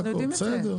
אנחנו יודעים את זה,